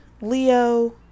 Leo